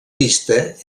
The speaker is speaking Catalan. pista